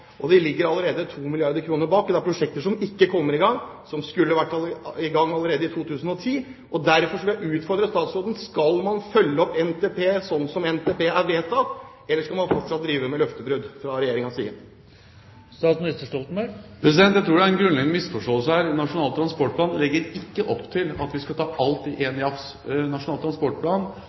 De ligger allerede 2 milliarder kr bak, og det er prosjekter som ikke kommer i gang, som skulle vært igangsatt allerede i 2010. Derfor vil jeg utfordre statsministeren: Skal man følge opp NTP, slik som NTP er vedtatt, eller skal man fortsette med løftebrudd fra Regjeringens side? Jeg tror det er en grunnleggende misforståelse her. Nasjonal transportplan legger ikke opp til at vi skal ta alt i én jafs. Nasjonal transportplan